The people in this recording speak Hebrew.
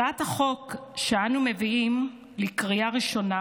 הצעת החוק שאנו מביאים לקריאה ראשונה